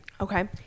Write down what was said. Okay